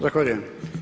Zahvaljujem.